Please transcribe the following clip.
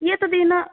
कियत् दिनम्